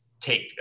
take